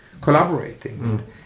collaborating